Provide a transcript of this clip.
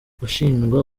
gushinjwa